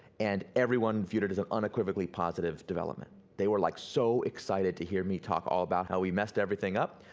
and everyone viewed it as an unequivocally positive development, they were like so so excited to hear me talk all about how we messed everything up,